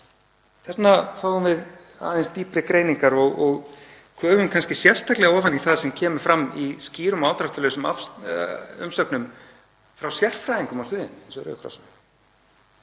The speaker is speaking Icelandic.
að finnast. Fáum því aðeins dýpri greiningar og köfum kannski sérstaklega ofan í það sem kemur fram í skýrum og afdráttarlausum umsögnum frá sérfræðingum á sviðinu,